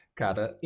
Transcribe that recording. cara